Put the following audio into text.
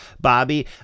Bobby